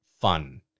fun